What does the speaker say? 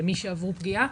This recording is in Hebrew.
למי שעברו פגיעה,